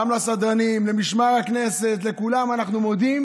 גם לסדרנים, למשמר הכנסת, לכולם אנחנו מודים